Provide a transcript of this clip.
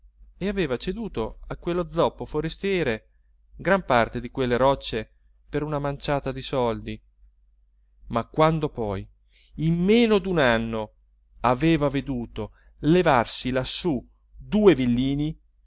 e aveva ceduto a quello zoppo forestiere gran parte di quelle rocce per una manciata di soldi ma quando poi in meno d'un anno aveva veduto levarsi lassù due villini